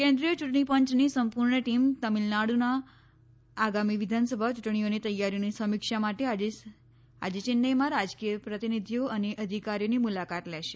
કેન્દ્રીય ચૂંટણી પંચની સંપૂર્ણ ટીમ તામીલનાડુમાં આગામી વિધાનસભા યૂંટણીઓની તૈયારીઓની સમીક્ષા માટે આજે ચેન્નઇમાં રાજકીય પ્રતિનિધિઓ અને અધિકારીઓની મુલાકાત લેશે